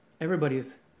Everybody's